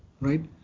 right